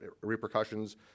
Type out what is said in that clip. repercussions